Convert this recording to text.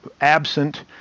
absent